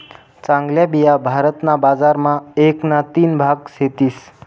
चांगल्या बिया भारत ना बजार मा एक ना तीन भाग सेतीस